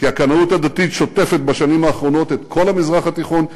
כי הקנאות הדתית שוטפת בשנים האחרונות את כל המזרח התיכון.